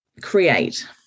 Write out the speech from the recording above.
create